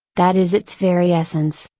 that is its very essence.